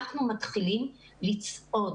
אנחנו מתחילים לצעוד,